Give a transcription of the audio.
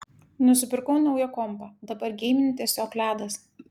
nusipirkau naują kompą dabar geimint tiesiog ledas